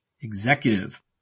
Executive